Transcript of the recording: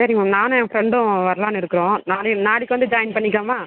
சரிங்க மேம் நானும் என் ஃப்ரெண்டும் வரலாம்னு இருக்கோம் நானும் நாளைக்கு வந்து ஜாயின் பண்ணிக்கலாமா